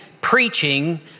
preaching